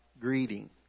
greeting